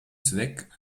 zweck